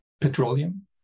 petroleum